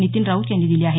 नितीन राऊत यांनी दिले आहेत